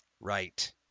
right